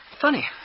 Funny